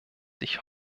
sich